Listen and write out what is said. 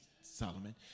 Solomon